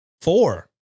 Four